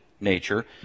nature